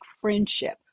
friendship